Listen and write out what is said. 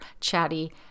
chatty